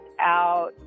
out